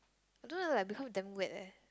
I don't know is like because damn wet eh